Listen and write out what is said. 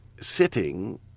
sitting